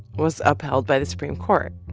was upheld by the supreme court,